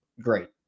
Great